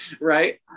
right